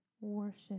Worship